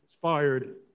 fired